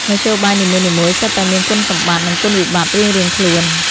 មធ្យោបាយនីមួយៗសុទ្ធតែមានគុណសម្បត្តិ និងគុណវិបត្តិរៀងៗខ្លួន។